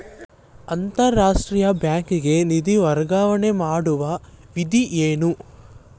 ಅಂತಾರಾಷ್ಟ್ರೀಯ ಬ್ಯಾಂಕಿಗೆ ನಿಧಿ ವರ್ಗಾವಣೆ ಮಾಡುವ ವಿಧಿ ಏನು?